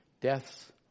Death's